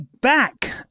back